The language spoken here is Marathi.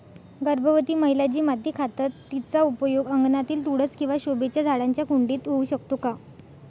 गर्भवती महिला जी माती खातात तिचा उपयोग अंगणातील तुळस किंवा शोभेच्या झाडांच्या कुंडीत होऊ शकतो का?